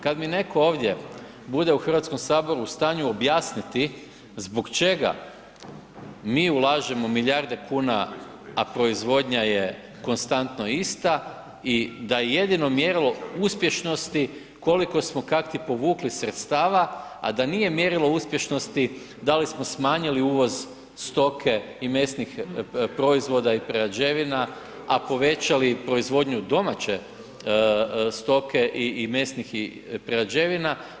Kada mi netko ovdje bude u Hrvatskom saboru u stanju objasniti zbog čega mi ulažemo milijarde kuna, a proizvodnja je konstantno ista i da je jedino mjerilo uspješnosti koliko smo kak ti povukli sredstava, a da nije mjerilo uspješnosti da li smo smanjili uvoz stoke i mesnih proizvoda i prerađevina, a povećali proizvodnju domaće stoke i mesnih prerađevina.